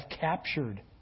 captured